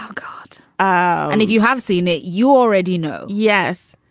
um but ah and if you have seen it, you already know. yes.